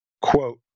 quote